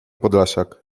podlasiak